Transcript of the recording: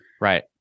right